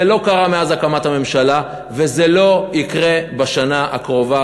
זה לא קרה מאז הקמת הממשלה וזה לא יקרה בשנה הקרובה,